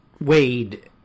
Wade